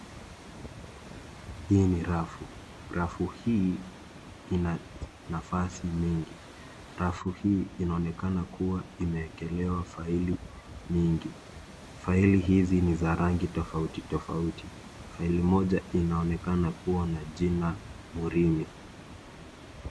Hii ni rafu. Rafu hii ina nafasi mingi. Rafu hii inaonekana kuwa imeekelewa faili mingi. Faili hizi niza rangi tofautitofauti. Faili moja inonekana kuwa na jina Murimi.